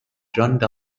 john